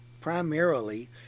primarily